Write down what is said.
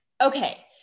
Okay